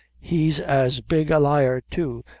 he's as big a liar too,